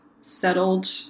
settled